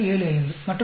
75 மற்றும் பல